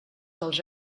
dels